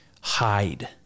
hide